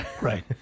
Right